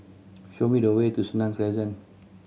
show me the way to Senang Crescent